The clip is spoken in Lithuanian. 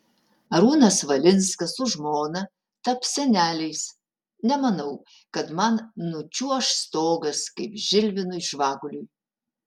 arūnas valinskas su žmona taps seneliais nemanau kad man nučiuoš stogas kaip žilvinui žvaguliui